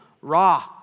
raw